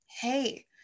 hey